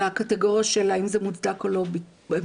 לקטגוריה של האם זה מוצדק או לא מוצדק,